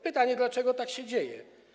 Pytanie, dlaczego tak się dzieje.